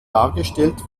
dargestellt